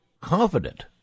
confident